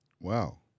Wow